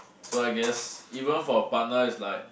so I guess even for a partner is like